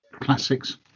Classics